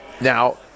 Now